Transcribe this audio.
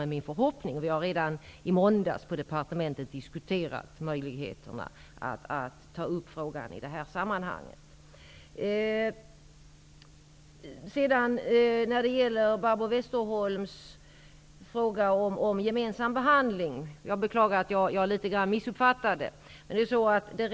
Redan i måndags diskuterade vi på departementet möjligheterna att ta upp frågan i det här sammanhanget. Barbro Westerholm tog upp frågan om gemensam behandling. Jag beklagar att jag missuppfattade henne litet grand tidigare.